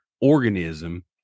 organism